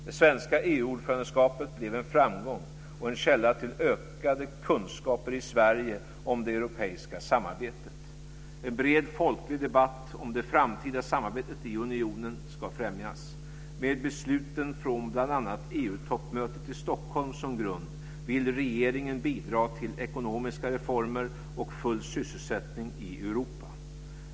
Det svenska EU-ordförandeskapet blev en framgång och en källa till ökade kunskaper i Sverige om det europeiska samarbetet. En bred folklig debatt om det framtida samarbetet i unionen ska främjas. Med besluten från bl.a. EU-toppmötet som grund vill regeringen bidra till ekonomiska reformer och full sysselsättning i Europa.